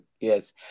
Yes